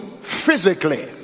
physically